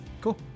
Cool